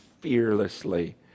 fearlessly